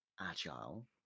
agile